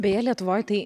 beje lietuvoj tai